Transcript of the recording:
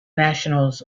nationals